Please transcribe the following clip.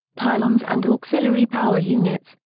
pylons and auxiliary power units,